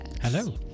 Hello